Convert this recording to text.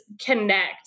connect